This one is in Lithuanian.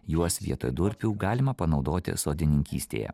juos vietoj durpių galima panaudoti sodininkystėje